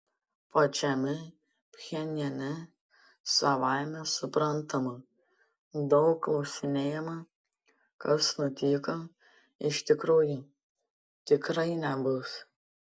pačiame pchenjane savaime suprantama daug klausinėjama kas nutiko iš tikrųjų tikrai nebus